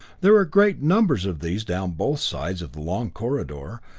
there were great numbers of these down both sides of the long corridor,